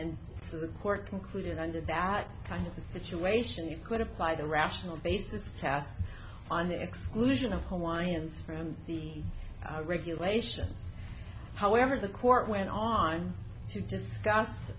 so the court concluded under that kind of the situation you could apply the rational basis test on the exclusion of hawaii is from the regulation however the court went on to discuss